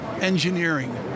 engineering